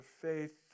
faith